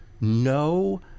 no